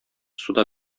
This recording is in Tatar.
суда